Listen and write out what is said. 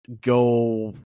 go